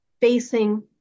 facing